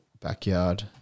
backyard